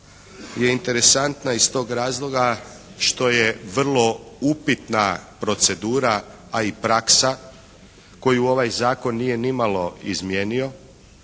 je interesantna iz tog razloga što je vrlo upitna procedura a i praksa koju ovaj zakon nije nimalo izmijenio